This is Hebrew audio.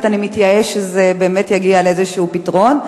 אני מתייאש שזה באמת יגיע לאיזה פתרון.